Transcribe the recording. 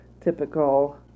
typical